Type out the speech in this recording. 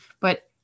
but-